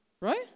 Right